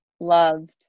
loved